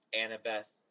Annabeth